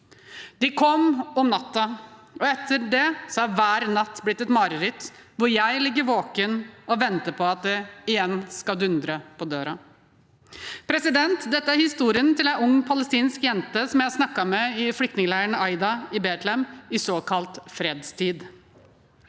De kom om natten, og etter det er hver natt blitt et mareritt hvor jeg ligger våken og venter på at det igjen skal dundre på døren. – Dette er historien til en ung, palestinsk jente som jeg snakket med i flyktningleiren Aida i Betlehem, i såkalt fredstid.